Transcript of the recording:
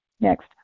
Next